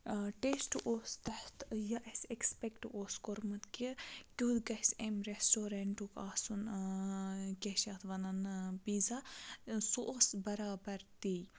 test اوس تَتھ یہِ اَسہِ ایٚکٕسپیٚکٹ اوس کوٚرمُت کہِ کیُتھ گَژھِ اَمہِ ریسٹورَنٹُک آسُن کیٛاہ چھِ اَتھ وَنان پیٖزا سُہ اوس بَرابَر تی